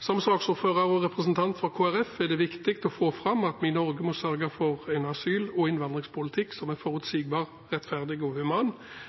Som saksordfører og representant for Kristelig Folkeparti er det viktig for meg å få fram at vi i Norge må sørge for en asyl- og innvandringspolitikk som er forutsigbar, rettferdig